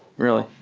really?